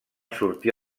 sortir